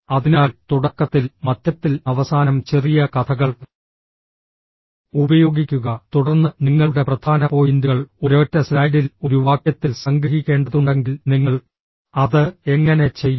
അതിനാൽ തുടക്കത്തിൽ മധ്യത്തിൽ അവസാനം ചെറിയ കഥകൾ ഉപയോഗിക്കുക തുടർന്ന് നിങ്ങളുടെ പ്രധാന പോയിന്റുകൾ ഒരൊറ്റ സ്ലൈഡിൽ ഒരു വാക്യത്തിൽ സംഗ്രഹിക്കേണ്ടതുണ്ടെങ്കിൽ നിങ്ങൾ അത് എങ്ങനെ ചെയ്യും